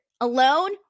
alone